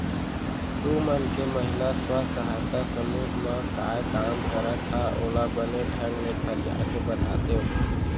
तुमन के महिला स्व सहायता समूह म काय काम करत हा ओला बने ढंग ले फरिया के बतातेव?